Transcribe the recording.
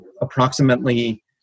approximately